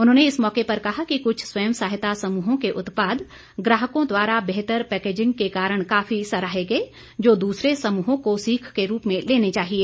उन्होंने इस मौके पर कहा कि कुछ स्वयं सहायता समूहों के उत्पाद ग्राहकों द्वारा बेहतर पैकेजिंग के कारण काफी सराहे गए जो दूसरे समूहों को सीख के रूप में लेने चाहिए